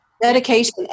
Dedication